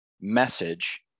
message